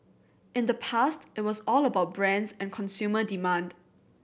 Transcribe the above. in the past it was all about brands and consumer demand